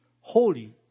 holy